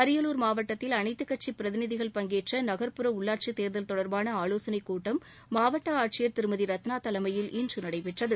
அரியலூர் மாவட்டத்தில் அனைத்து கட்சி பிரதிநிதிகள் பங்கேற்ற நகர்புற உள்ளாட்சி தேர்தல் தொடர்பான ஆலோசனை கூட்டம் மாவட்ட ஆட்சியர் திருமதி ரத்னா தலைமையில் இன்று நடைபெற்றது